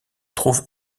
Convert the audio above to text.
trouve